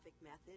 method